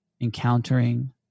encountering